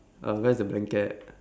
uh where is the blanket